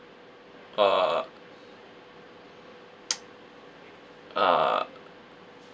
uh uh